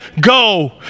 go